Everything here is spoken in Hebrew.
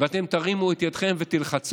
ואתם תרימו את ידכם ותלחצו